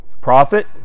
prophet